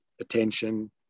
attention